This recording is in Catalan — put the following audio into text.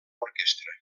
orquestra